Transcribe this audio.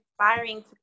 inspiring